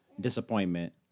disappointment